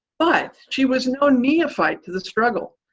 but she was no neophyte to the struggle.